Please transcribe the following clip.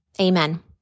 Amen